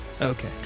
Okay